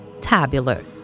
tabular